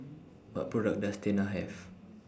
What products Does Tena Have